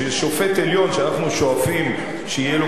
ששופט העליון שאנו שואפים שיהיה לו